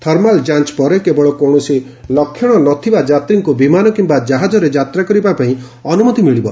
thermal ଯାଞ୍ ପରେ କେବଳ କୌଣସି ଲକ୍ଷଣ ନ ଥିବା ଯାତ୍ରୀଙ୍କୁ ବିମାନ କିମ୍ବା ଜାହାଜରେ ଯାତ୍ରା କରିବାପାଇଁ ଅନୁମତି ମିଳିବ